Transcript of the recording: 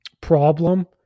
problem